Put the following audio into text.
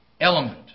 element